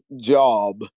job